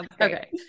Okay